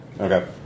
Okay